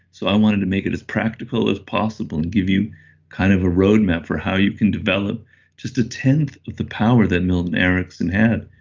so i wanted to make it as practical as possible and give you kind of a roadmap for how you can develop just a tenth of the power that milton erickson had.